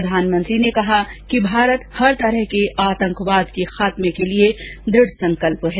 प्रधानमंत्री ने कहा कि भारत हर प्रकार के आतंकवाद के खात्मे के लिए दुढ़ संकल्प है